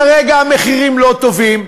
ואם כרגע המחירים לא טובים?